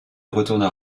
retourna